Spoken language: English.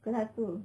pukul satu